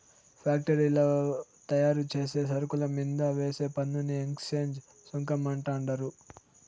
ఫ్యాక్టరీల్ల తయారుచేసే సరుకుల మీంద వేసే పన్నుని ఎక్చేంజ్ సుంకం అంటండారు